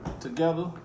Together